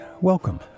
Welcome